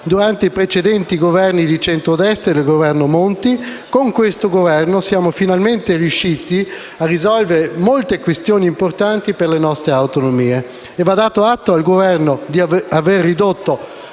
durante i precedenti Governi di centrodestra e del Governo Monti, con questo Esecutivo siamo finalmente riusciti a risolvere molte questioni importanti per le nostre autonomie.